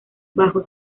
bajo